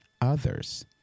others